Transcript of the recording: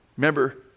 Remember